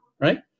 right